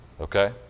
Okay